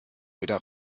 wieder